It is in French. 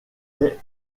est